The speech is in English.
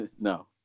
No